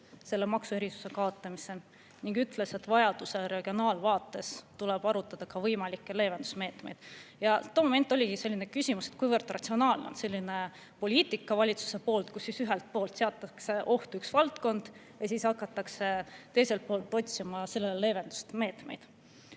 selle maksuerisuse kaotamisse ning ütles, et vajadusel tuleb arutada regionaalvaates ka võimalikke leevendusmeetmeid. Ja too moment oligi selline küsimus, kuivõrd ratsionaalne on selline valitsuse poliitika, et ühelt poolt seatakse ohtu üks valdkond ja siis hakatakse teiselt poolt otsima sellele leevendusmeetmeid.